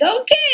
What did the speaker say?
okay